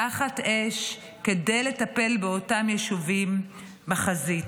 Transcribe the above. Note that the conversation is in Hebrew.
תחת אש, כדי לטפל באותם יישובים בחזית.